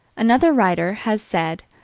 another writer has said,